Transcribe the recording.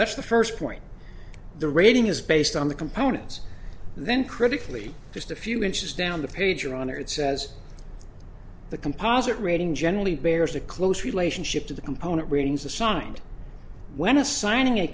that's the first point the rating is based on the components then critically just a few inches down the page or under it says the composite raid generally bears a close relationship to the component ratings assigned when assigning a